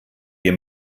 wir